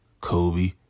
Kobe